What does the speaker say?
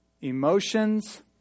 emotions